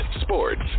sports